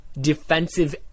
defensive